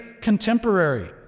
contemporary